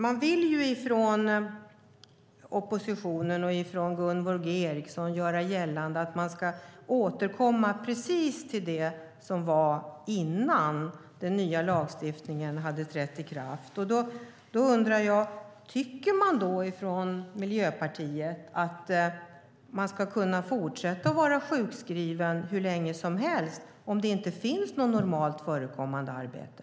Gunvor G Ericson och oppositionen vill göra gällande att man ska återkomma precis till det som var innan den nya lagstiftningen hade trätt i kraft. Tycker Miljöpartiet att man ska kunna fortsätta att vara sjukskriven hur länge som helst om det inte finns något normalt förekommande arbete?